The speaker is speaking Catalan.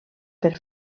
per